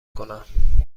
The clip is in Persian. کنم